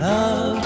Love